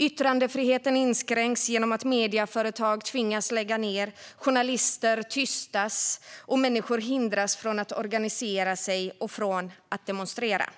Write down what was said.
Yttrandefriheten inskränks genom att medieföretag tvingas lägga ned, journalister tystas och människor hindras från att organisera sig och från att demonstrera.